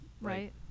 Right